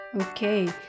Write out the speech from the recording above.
Okay